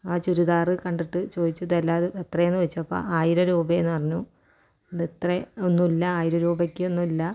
ആ ചുരിദാര് കണ്ടിട്ട് ചോദിച്ചു ഇതെല്ല എത്രയെന്ന് ചോദിച്ചപ്പോള് ആയിരം രൂപയെന്നു പറഞ്ഞു ഇത് ഇത്രയും ഒന്നുമില്ല ആയിരം രൂപയ്ക്കൊന്നുമില്ല